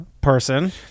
person